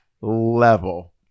level